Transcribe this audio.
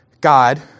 God